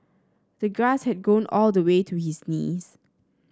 the grass had grown all the way to his knees